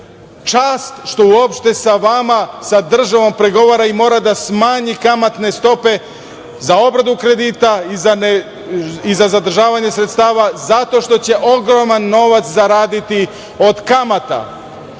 čast što uopšte sa vama, sa državom, pregovara i mora da smanji kamatne stope za obradu kredita i za zadržavanje sredstava, zato što će ogroman novac zaraditi od kamata.